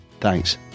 Thanks